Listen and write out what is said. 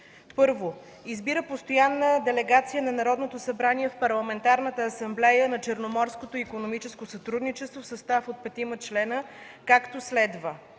1. Избира постоянна делегация на Народното събрание в Парламентарната асамблея на Черноморското икономическо сътрудничество в състав от 5 членове, както следва: